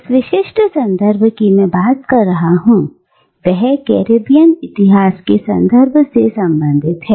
जिस विशिष्ट संदर्भ कि मैं बात कर रहा हूं वह कैरीबियन इतिहास के संदर्भ से संबंधित है